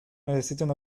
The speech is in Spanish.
necesitan